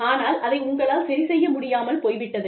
ஆனால் அதை உங்களால் சரி செய்ய முடியாமல் போய்விட்டது